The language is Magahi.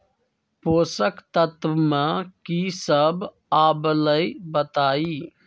पोषक तत्व म की सब आबलई बताई?